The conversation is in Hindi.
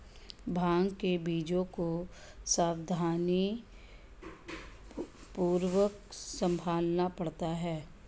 भांग के बीजों को सावधानीपूर्वक संभालना पड़ता है